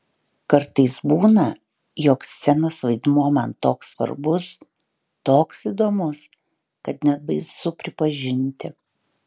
kartais būna jog scenos vaidmuo man toks svarbus toks įdomus kad net baisu pripažinti